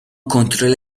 کنترل